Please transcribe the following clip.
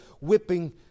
whipping